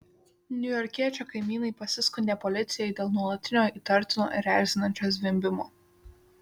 niujorkiečio kaimynai pasiskundė policijai dėl nuolatinio įtartino ir erzinančio zvimbimo